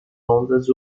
ondas